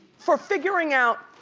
for figuring out,